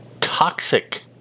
Toxic